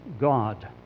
God